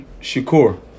Shakur